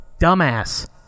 dumbass